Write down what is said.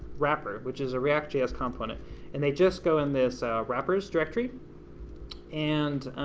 wrapper, which is a react js component and they just go in this wrappers directory and.